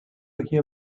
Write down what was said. hear